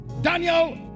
Daniel